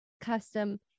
custom